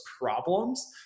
problems